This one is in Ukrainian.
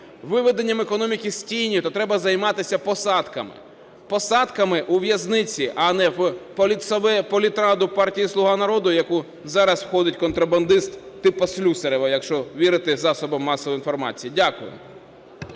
виведенням економіки з тіні, то треба займатися посадками. Посадками у в'язниці, а не в політраду партії "Слуга народу", в яку зараз входить контрабандист типу Слюсарєва, якщо вірити засобам масової інформації. Дякую.